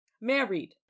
married